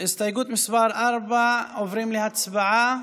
הסתייגות מס' 4, עוברים להצבעה.